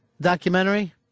documentary